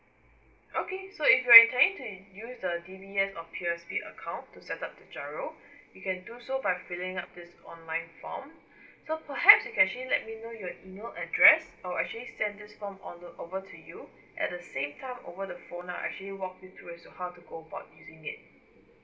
okay so if you're intending to use the D_B_S or P_O_S_B account to set up the GIRO you can do so by filling out this online form so perhaps you can actually let me know your email address I'll actually send this form on uh over to you at the same time over the phone I'll actually walk through as to how to go about using it